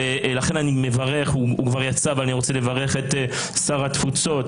לכן אני רוצה לברך את שר התפוצות,